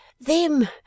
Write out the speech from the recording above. Them